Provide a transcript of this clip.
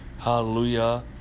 hallelujah